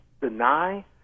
deny